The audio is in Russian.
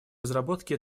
разработки